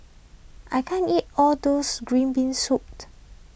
I can't eat all those Green Bean Soup